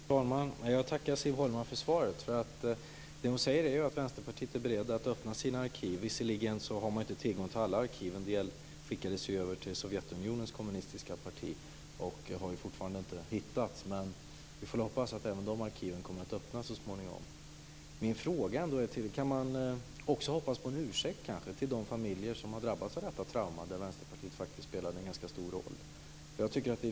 Fru talman! Jag tackar Siv Holma för svaret. Det hon säger är ju att Vänsterpartiet är berett att öppna sina arkiv. Visserligen har man inte tillgång till alla arkiv. En del skickades ju över till Sovjetunionens kommunistiska parti och har fortfarande inte hittats. Men vi får väl hoppas att även de arkiven kommer att öppnas så småningom. Kan man kanske också hoppas på en ursäkt till de familjer som har drabbats av detta trauma, där Vänsterpartiet faktiskt spelat en ganska stor roll?